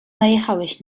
najechałeś